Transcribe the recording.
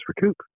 recoup